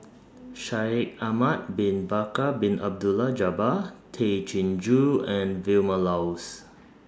Shaikh Ahmad Bin Bakar Bin Abdullah Jabbar Tay Chin Joo and Vilma Laus